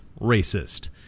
racist